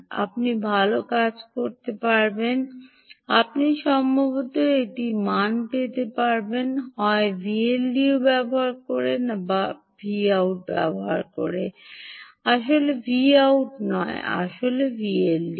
আপনি ভাল কাজ করতে হবে আপনি সম্ভবত একটি মান পেতে হবে হয় Vldo ব্যবহার বা Voutব্যবহার করে আসলে Vout না আসলে Vldo